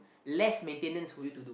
less maintenance for you to do